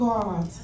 God